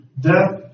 death